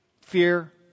fear